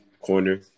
corner